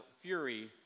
fury